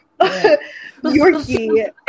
Yorkie